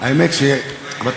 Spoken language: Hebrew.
למה אתה